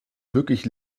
wirklich